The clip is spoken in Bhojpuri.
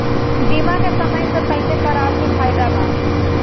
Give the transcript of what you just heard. बीमा के समय से पहिले करावे मे फायदा बा